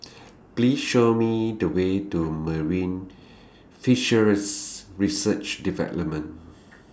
Please Show Me The Way to Marine Fisheries Research department